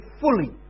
fully